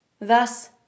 Thus